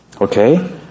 Okay